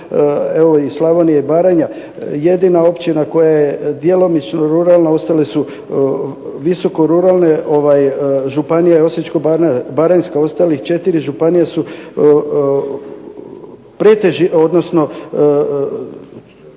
Slavonija i Baranja. Jedina općina koja je djelomično ruralna ostale su visoko ruralne, županija Osječko-baranjska, ostale 4 županije su totalno